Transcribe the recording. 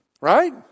Right